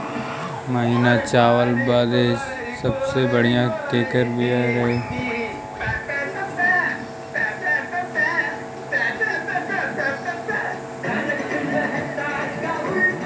महीन चावल बदे सबसे बढ़िया केकर बिया रही?